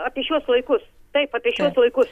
apie šiuos laikus taip apie šiuos laikus